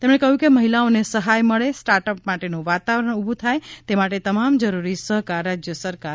તેમણે ક્હ્યું કે મહિલાઓને સહાય મળે સ્ટાર્ટઅપ માટેનું વાતાવરણ ઉભું થાય તે માટે તમામ જરુરી સહકાર રાજ્ય સરકાર આપશે